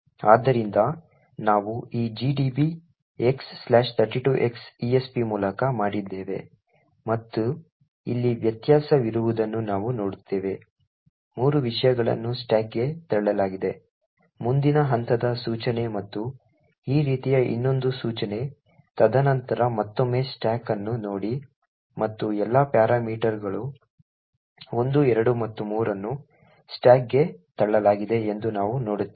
ಆದ್ದರಿಂದ ನಾವು ಈ gdb x32x esp ಮೂಲಕ ಮಾಡಿದ್ದೇವೆ ಮತ್ತು ಇಲ್ಲಿ ವ್ಯತ್ಯಾಸವಿರುವುದನ್ನು ನಾವು ನೋಡುತ್ತೇವೆ 3 ವಿಷಯಗಳನ್ನು ಸ್ಟಾಕ್ಗೆ ತಳ್ಳಲಾಗಿದೆ ಮುಂದಿನ ಹಂತದ ಸೂಚನೆ ಮತ್ತು ಈ ರೀತಿಯ ಇನ್ನೊಂದು ಸೂಚನೆ ತದನಂತರ ಮತ್ತೊಮ್ಮೆ ಸ್ಟಾಕ್ ಅನ್ನು ನೋಡಿ ಮತ್ತು ಎಲ್ಲಾ ಪ್ಯಾರಾಮೀಟರ್ಗಳು 1 2 ಮತ್ತು 3 ಅನ್ನು ಸ್ಟಾಕ್ಗೆ ತಳ್ಳಲಾಗಿದೆ ಎಂದು ನಾವು ನೋಡುತ್ತೇವೆ